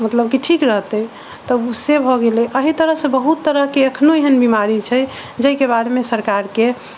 मतलब की ठीक रहते तऽ ओ से भऽ गेलै एहि तरह से बहुत बहुत तरह के अखनो एहन बीमारी छै जैके बारे मे सरकार के जे से